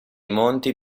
monti